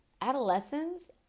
Adolescents